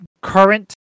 current